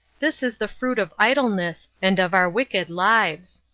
this is the fruit of idleness, and of our wicked lives.